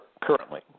currently